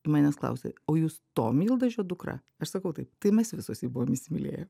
manęs klausia o jūs to myldažio dukra aš sakau taip tai mes visos jį buvom įsimylėję